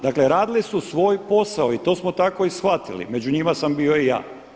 Dakle, radili su svoj posao i to smo tako i shvatili, među njima sam bio i ja.